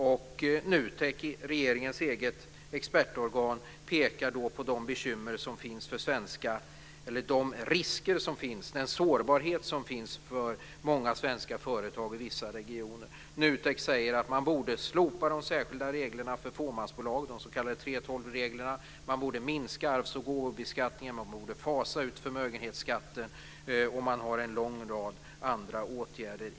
NUTEK, regeringens eget expertorgan, pekade på de risker och den sårbarhet som finns för många svenska företag i vissa regioner. NUTEK säger att man borde slopa de särskilda reglerna för fåmansbolag, de s.k. 3:12-reglerna. Man borde minska arvsoch gåvobeskattningen. Man borde fasa ut förmögenhetsskatten. Och man har förslag till en lång rad andra åtgärder.